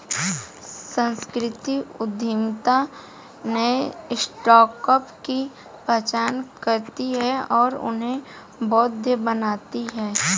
सांस्कृतिक उद्यमिता नए स्टार्टअप की पहचान करती है और उन्हें वैध बनाती है